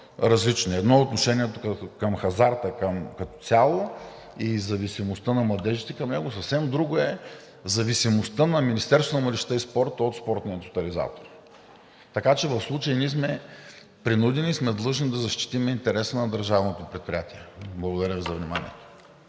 различни. Едно е отношението към хазарта като цяло и зависимостта на младежите към него, съвсем друго е зависимостта на Министерството на младежта и спорта от Спортния тотализатор. Така че в случая ние сме принудени и сме длъжни да защитим интереса на държавното предприятие. Благодаря Ви за вниманието.